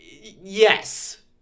Yes